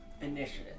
Initiative